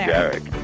Derek